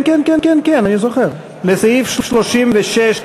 לסעיף 36,